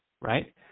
right